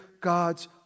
God's